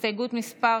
הסתייגות מס'